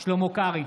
שלמה קרעי,